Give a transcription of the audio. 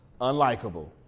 unlikable